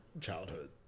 childhood